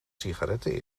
sigaretten